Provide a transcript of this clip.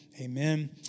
amen